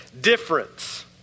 difference